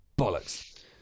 bollocks